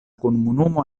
komunumo